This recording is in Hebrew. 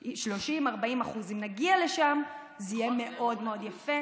40%. אם נגיע לשם זה יהיה מאוד מאוד יפה,